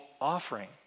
offering